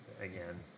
again